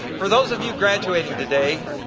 for those of you graduating today,